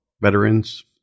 veterans